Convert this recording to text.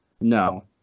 no